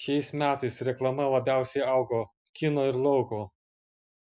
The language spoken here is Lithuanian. šiais metais reklama labiausiai augo kino ir lauko